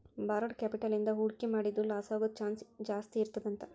borrowed capital ಇಂದಾ ಹೂಡ್ಕಿ ಮಾಡಿದ್ದು ಲಾಸಾಗೊದ್ ಚಾನ್ಸ್ ಜಾಸ್ತೇಇರ್ತದಂತ